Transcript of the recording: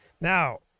Now